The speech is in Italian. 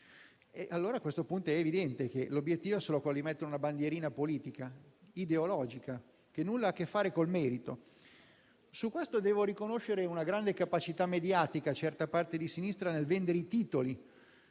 e riunire. A questo punto, è evidente che l'obiettivo è solo quello di mettere una bandierina politica, ideologica, che nulla ha a che fare col merito. Su questo devo riconoscere una grande capacità mediatica di certa parte della sinistra nel vendere i titoli.